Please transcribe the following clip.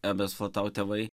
ebesfotau tėvai